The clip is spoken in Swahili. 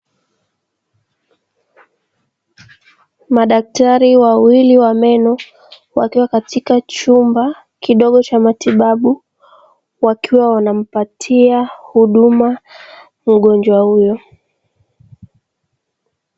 Madaktari wawili wa meno wakiwa katika chumba kidogo cha matibabu, wakiwa wanampatia huduma mgonjwa huyu.